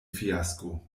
fiasko